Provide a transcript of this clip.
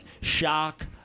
shock